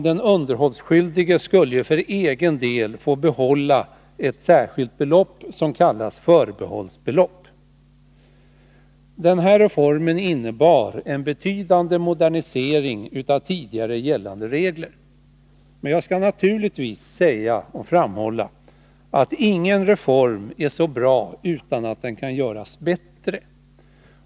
Den underhållsskyldige skulle för egen del få behålla ett särskilt belopp, som kallas förbehållsbelopp. Denna reform innebar en betydande modernisering av tidigare gällande regler. Men jag skall naturligtvis säga och framhålla att ingen reform är så bra att den inte kan göras bättre.